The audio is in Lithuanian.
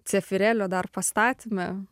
cefirelio dar pastatyme